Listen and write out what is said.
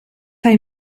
hay